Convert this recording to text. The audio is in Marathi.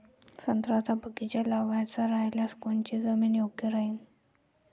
संत्र्याचा बगीचा लावायचा रायल्यास कोनची जमीन योग्य राहीन?